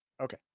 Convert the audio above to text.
Okay